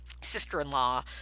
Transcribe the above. sister-in-law